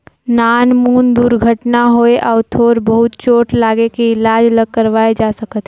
नानमुन दुरघटना होए अउ थोर बहुत चोट लागे के इलाज ल करवाए जा सकत हे